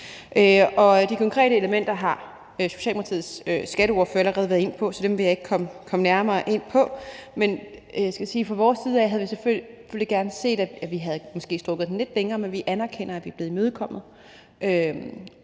De konkrete elementer har Socialdemokratiets skatteordfører allerede været inde på, så dem vil jeg ikke komme nærmere ind på, men jeg skal sige, at fra vores side havde vi selvfølgelig gerne set, at vi måske havde strakt den lidt længere, men vi anerkender, at vi er blevet imødekommet.